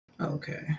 okay